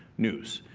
news.